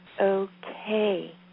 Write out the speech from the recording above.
okay